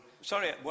Sorry